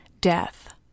death